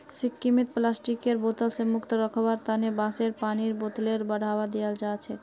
सिक्किमत प्लास्टिकेर बोतल स मुक्त रखवार तना बांसेर पानीर बोतलेर बढ़ावा दियाल जाछेक